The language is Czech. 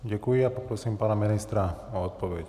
Děkuji a poprosím pana ministra o odpověď.